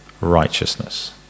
Righteousness